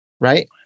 Right